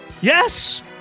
Yes